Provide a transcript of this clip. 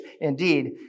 indeed